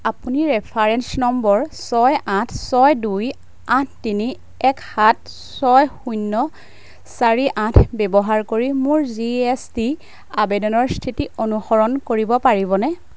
আপুনি reference number ছয় আঠ ছয় দুই আঠ তিনি এক সাত ছয় শূন্য চাৰি আঠ ব্যৱহাৰ কৰি মোৰ জি এছ টি আবেদনৰ স্থিতি অনুসৰণ কৰিব পাৰিবনে